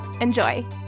Enjoy